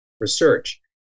research